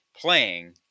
playing